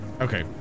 Okay